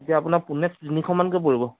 এতিয়া আপোনাৰ পোণে তিনিশ মানকৈ পৰিব